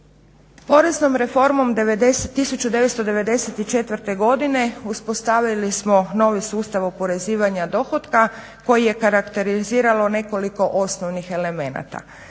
Poreznom reformom 1994. godine uspostavili smo novi sustav oporezivanja dohotka koji je karakteriziralo nekoliko osnovnih elemenata.